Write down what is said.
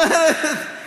במזנון.